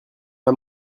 pas